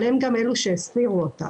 אבל הם גם אלה שהסירו אותה.